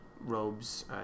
Robes